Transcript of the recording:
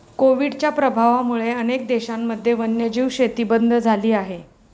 कोविडच्या प्रभावामुळे अनेक देशांमध्ये वन्यजीव शेती बंद झाली आहे